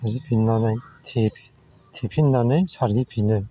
सारहै फिन्नानै थे थेफिन्नानै सारहैफिनो